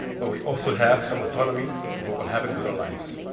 but we also have some autonomy over what happens with our lives.